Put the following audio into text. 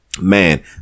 man